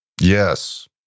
yes